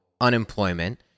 unemployment